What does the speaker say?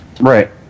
Right